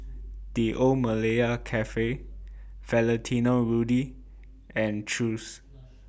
The Old Malaya Cafe Valentino Rudy and Chew's